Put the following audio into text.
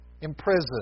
imprisoned